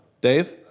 Dave